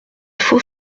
faut